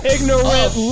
Ignorant